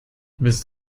willst